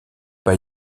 pas